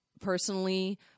personally